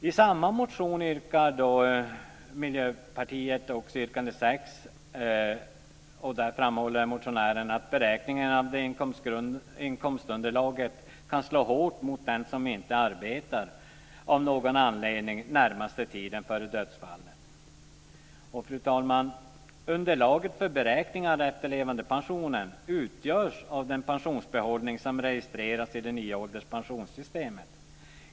I samma motion från Miljöpartiet framhåller motionären i yrkande 6 att beräkningen av inkomstunderlaget kan slå hårt mot den som av någon anledning inte har arbetat närmaste tiden före dödsfallet. Fru talman! Underlaget för beräkningen av efterlevandepensionen utgörs av den pensionsbehållning som registrerats i det nya ålderspensionssystemet.